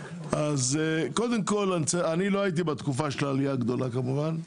אני לא הייתי בתקופה של העלייה הגדולה כמובן,